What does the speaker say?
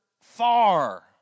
far